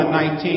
19